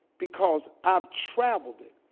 because i've traveled it,